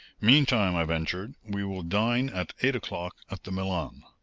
meantime, i ventured, we will dine at eight o'clock at the milan.